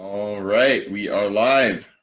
right, we are live,